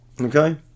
Okay